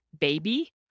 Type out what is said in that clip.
baby